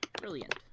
Brilliant